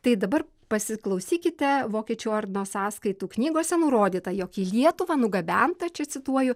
tai dabar pasiklausykite vokiečių ordino sąskaitų knygose nurodyta jog į lietuvą nugabenta čia cituoju